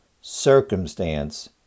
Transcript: circumstance